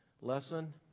Lesson